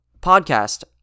podcast